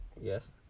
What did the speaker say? Yes